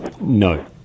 No